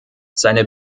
seine